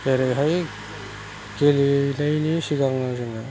जेरैहाय गेलेनायनि सिगाङो जोङो